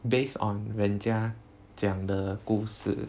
based on 人家讲的故事